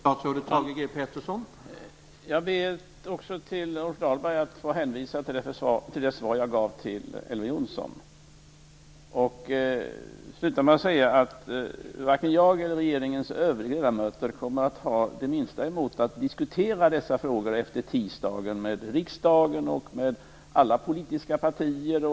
Herr talman! Jag ber att till Rolf Dahlberg få hänvisa till det svar som jag gav till Elver Jonsson. Varken jag eller regeringens övriga ledamöter kommer att ha det minsta emot att diskutera dessa frågor efter tisdagen med riksdagens ledamöter och alla politiska partier.